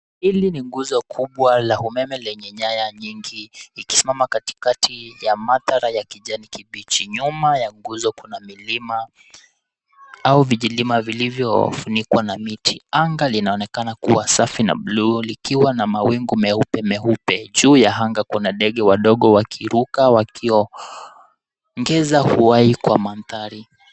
Hili ni nguzo kubwa, la umeme lenye nyaya nyingi, ikisimama katikati ya mandhara ya kijani kibichi, nyuma ya nguzo kuna milima, au vijilima vilivyofunikwa na miti, anga linaonekana kuwa safi na bluu likiwa na mawingu meupe meupe, juu ya anga, kuna ndege wadogo wakiruka wakiongeza uhai kwa mandhari.